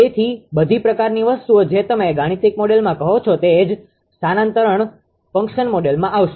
તેથી બધી પ્રકારની વસ્તુઓ જે તમે ગાણિતિક મોડેલમાં કહો છો તે જ સ્થાનાંતરણ ફંક્શન મોડેલમાં આવશે